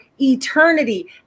eternity